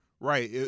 Right